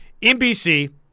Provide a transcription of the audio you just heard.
NBC